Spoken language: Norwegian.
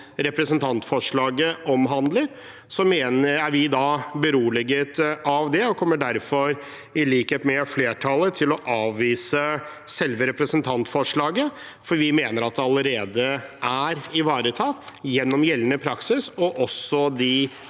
representantforslaget omhandler, er vi beroliget av det. Vi kommer derfor i likhet med flertallet til å avvise selve representantforslaget, for vi mener det allerede er ivaretatt gjennom gjeldende praksis og de